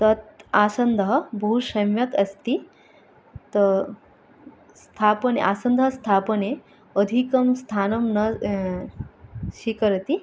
तत् आसन्दः बहुसम्यक् अस्ति तत् स्थापने आसन्दः स्थापने अधिकं स्थानं न स्वीकरोति